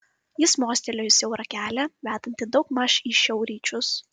jis mostelėjo į siaurą kelią vedantį daugmaž į šiaurryčius